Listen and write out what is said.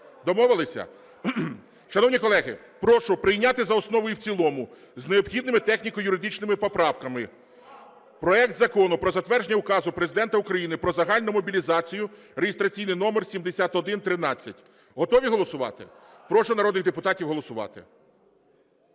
Домовилися? Шановні колеги, прошу прийняти за основу і в цілому з необхідними техніко-юридичними поправками проект Закону про затвердження Указу Президента України "Про загальну мобілізацію" (реєстраційний номер 7113). Готові голосувати? Прошу народних депутатів голосувати.